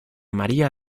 maría